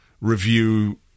review